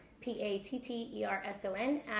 P-A-T-T-E-R-S-O-N